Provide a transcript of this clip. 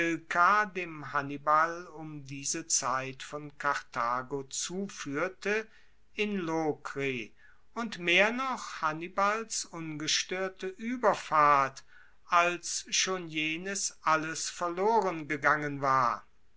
hannibal um diese zeit von karthago zufuehrte in lokri und mehr noch hannibals ungestoerte ueberfahrt als schon jenes alles verloren gegangen war